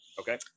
Okay